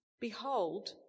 behold